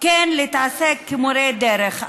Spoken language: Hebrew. כן להתעסק כמורי דרך.